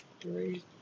Three